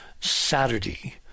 Saturday